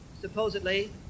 supposedly